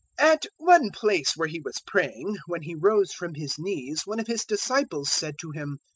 at one place where he was praying, when he rose from his knees one of his disciples said to him,